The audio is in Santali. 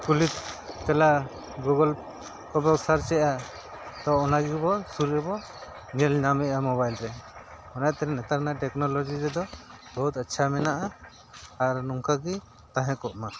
ᱠᱩᱞᱤ ᱪᱟᱞᱟᱜ ᱜᱩᱜᱳᱞ ᱠᱚᱵᱚ ᱥᱟᱨᱪ ᱮᱫᱼᱟ ᱛᱚ ᱚᱱᱟᱜᱮ ᱵᱚ ᱥᱩᱨ ᱨᱮᱵᱚ ᱧᱮᱞ ᱧᱟᱢᱮᱜᱼᱟ ᱢᱚᱵᱟᱭᱤᱞ ᱨᱮ ᱚᱱᱟᱛᱮ ᱱᱮᱛᱟᱨ ᱨᱮᱱᱟᱜ ᱴᱮᱠᱱᱳᱞᱚᱡᱤ ᱨᱮᱫᱚ ᱵᱚᱦᱩᱛ ᱟᱪᱪᱷᱟ ᱢᱮᱱᱟᱜᱼᱟ ᱟᱨ ᱱᱚᱝᱠᱟ ᱜᱮ ᱛᱟᱦᱮᱸ ᱠᱚᱜ ᱢᱟ